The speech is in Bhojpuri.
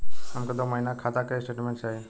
हमके दो महीना के खाता के स्टेटमेंट चाही?